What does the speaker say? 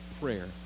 prayer